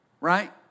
right